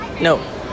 No